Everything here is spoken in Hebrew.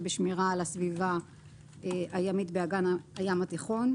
בשמירה על הסביבה הימית באגן הים התיכון,